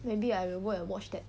maybe I will go and watch that